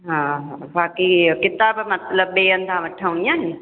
हा हा बाक़ी इहा किताब मतलबु ॿिए हंधा वठूं इयं न